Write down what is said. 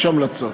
יש המלצות.